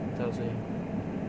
找谁